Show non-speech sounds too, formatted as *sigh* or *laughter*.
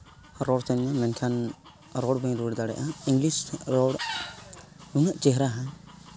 ᱨᱚᱲ *unintelligible* ᱢᱮᱱᱠᱷᱟᱱ ᱨᱚᱲ ᱵᱟᱹᱧ ᱨᱚᱲ ᱵᱟᱹᱧ ᱫᱟᱲᱮᱭᱟᱜᱼᱟ ᱤᱝᱞᱤᱥ ᱨᱚᱲ ᱱᱩᱱᱟᱹᱜ ᱪᱮᱦᱨᱟᱦᱟ